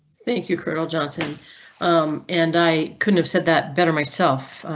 thank you colonel johnson and i couldn't have said that better myself,